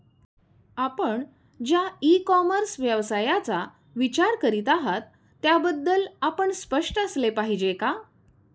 आपण ज्या e commerce व्यवसायाचा विचार करीत आहात त्याबद्दल आपण स्पष्ट असले पाहिजे का?